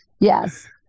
Yes